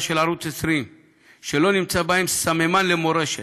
של ערוץ 20 שלא נמצא בהם סממן למורשת,